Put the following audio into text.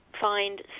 find